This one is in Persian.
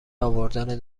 آوردن